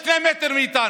שני מטרים מאיתנו.